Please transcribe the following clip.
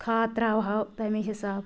کھاد ترٛاو ہاو تَمے حسابہٕ